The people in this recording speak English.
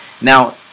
Now